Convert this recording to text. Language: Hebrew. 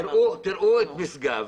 תראו את משגב.